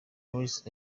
reuters